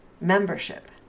membership